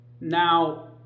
Now